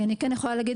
אני כן יכולה להגיד,